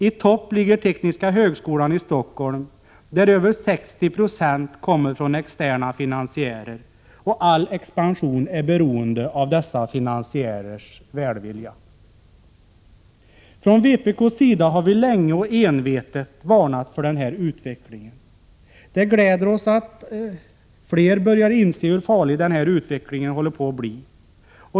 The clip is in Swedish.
I topp ligger Tekniska högskolan i Stockholm, där över 60 96 av medlen kommer från externa finansiärer och all expansion är beroende av dessa finansiärers välvilja. Från vpk:s sida har vi länge och envetet varnat för den här utvecklingen. Det gläder oss att fler börjar inse hur farlig den här utvecklingen håller på att bli.